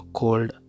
cold